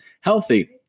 healthy